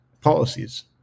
policies